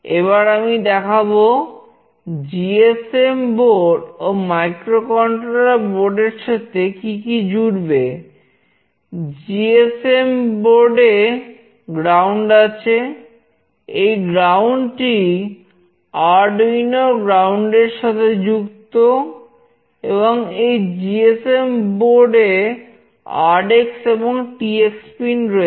এবার আমি দেখাবো জিএসএম এ আর এক্স এবং টি এক্স পিন রয়েছে